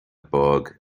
bog